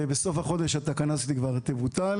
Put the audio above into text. ובסוף החודש התקנה הזאת תבוטל.